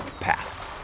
Pass